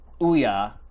Ouya